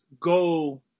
go